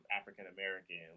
african-american